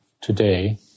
today